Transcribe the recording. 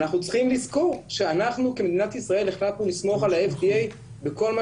אנחנו צריכים לזכור שאנחנו כמדינת ישראל החלטנו לסמוך על ה-FDA בכל מה